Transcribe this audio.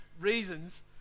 reasons